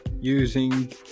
using